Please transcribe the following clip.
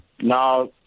Now